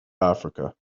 africa